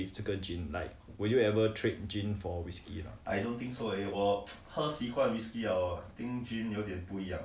with 这个 gin like would you ever trade gin for whisky a not